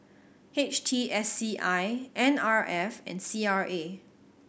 H T S C I N R F and C R A